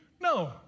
No